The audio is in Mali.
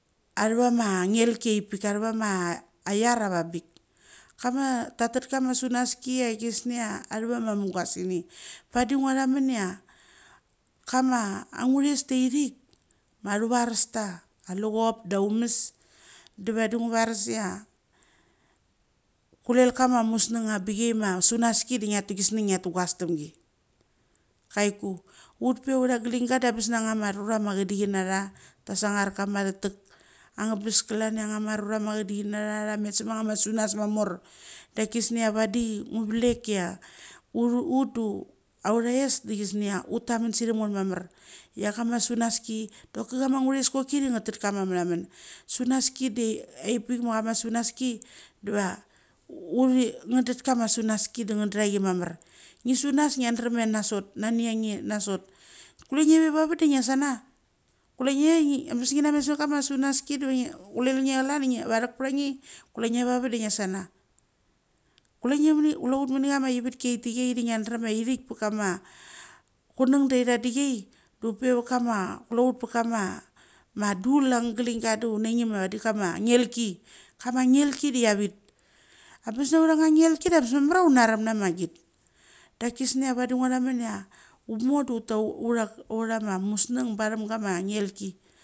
Arava ma ngelki apik. Aravama aiar avabik. Kama tat tet kama sunaski ia gisnia arthva ma mugasini. Padi nga thamunia kama angures taihik ma athurasta alu chop da amus da vadi ngo varus ia kulel kama musnug abichi ma sunaski da ngia tu gis ngia tnga tum gi. Kai ku ut pe ia autha gling ga da bes na nga ma rura ma a chadi chin natha ta sangar kama arbithik. Anga bes klaia anga ma rura ma acha dichnada se ngama sunas ma mor da gisni a vadi ngu vlek ia uth do aurais de gisnia ut tamun sethem ngeth mamar. Ia kama sunaski doki ama nguras koki da nga tet kama amra mun, sunaski de apaik ma kama sunaski deva outhi, nga dut kama sunaski da ngatha ki mamar. Ngi sunas ngia drum ia nasot nania ngi na sot. Kulenge ve va vat de nge sana? Kulenge a bes ingina met savet kama sunaski de va ngi kulel nge kelan varach pra nge. Kulenge va vat de ingasana. Kulenge muni, klout muni ama ivatki apai da nga drem ia ithik pakam kunnung da itha diai du u per mut kama, klout pa kama ma du angtha glingga dau nagim ma vadi kama ngelki. Kama ngelki da ia vit. abes na auth ngelki da res mamar ia una ram na ma git dak, kisnia vadi ngathamun ia ut mor du tu arua ma musung patham gama ngel ki.